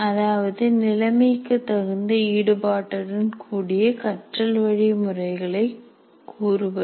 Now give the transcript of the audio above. அதாவது நிலைமைக்குத் தகுந்த ஈடுபாடுடன் கூடிய கற்றல் வழி முறைகளை கூறுவது